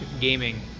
gaming